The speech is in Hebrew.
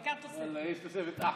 העיקר, ואללה, יש כבר תוספת אחמד.